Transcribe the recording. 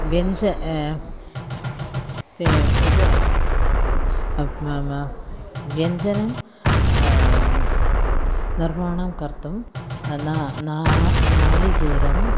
व्यञ्चनं व्यञ्जनं निर्माणं कर्तुं न नारिकेलं